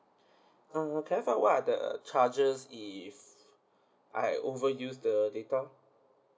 uh can I find what are the charges if I over use the data